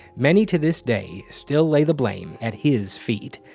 many to this day still lay the blame at his feet.